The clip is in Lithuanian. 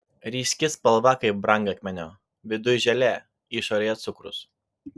ryški spalva kaip brangakmenio viduj želė išorėje cukrus